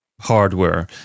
hardware